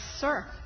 sir